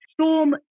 Storm